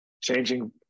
Changing